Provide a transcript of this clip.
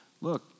look